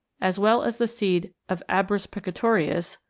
as well as the seed of abrus precatorius,